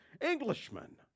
Englishman